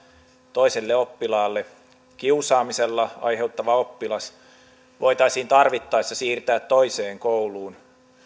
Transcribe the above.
toiselle oppilaalle kiusaamisella aiheuttava oppilas voitaisiin tarvittaessa siirtää toiseen kouluun